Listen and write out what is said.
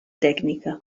tècnica